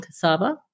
cassava